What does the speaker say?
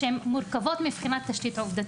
שהן מורכבות מבחינת התשתית העובדתית.